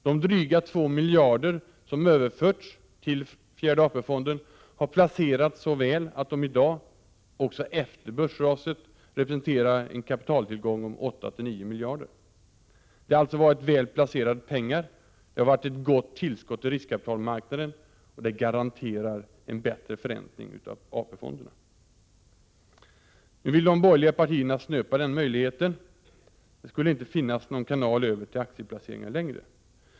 De dryga 2 miljarderna som överförts till fjärde AP-fonden har placerats så väl att de i dag, också efter börsraset, representerar en kapitaltillgång om 8-9 miljarder. Det har alltså varit väl placerade pengar, det har varit ett gott tillskott till riskkapitalmarknaden. Det garanterar en bättre förräntning av AP-fondernas medel. Nu vill de borgerliga partierna snöpa denna möjlighet. Det skall inte längre finnas någon kanal över till aktieplaceringar.